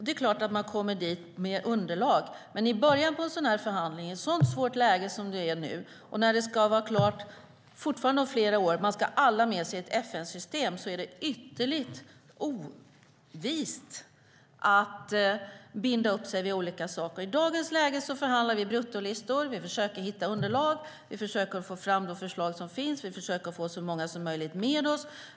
Det är klart att man kommer dit med underlag, men i början på en sådan här förhandling, i ett sådant svårt läge som det är nu och när det fortfarande är flera år tills det ska vara klart och man ska ha alla med sig i ett FN-system, är det ytterligt ovist att binda upp sig vid olika saker. I dagens läge förhandlar vi bruttolistor. Vi försöker hitta underlag, vi försöker få fram de förslag som finns och vi försöker få så många som möjligt med oss.